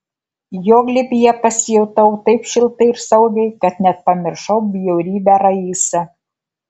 jo glėbyje pasijutau taip šiltai ir saugiai kad net pamiršau bjaurybę raisą